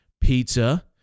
pizza